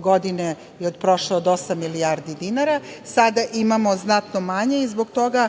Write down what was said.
godine i od prošle, od osam milijardi dinara. Sada imamo znatno manje i zbog toga